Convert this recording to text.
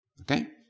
Okay